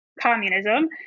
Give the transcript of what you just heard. communism